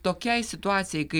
tokiai situacijai kai